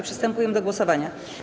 Przystępujemy do głosowania.